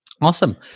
Awesome